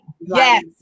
Yes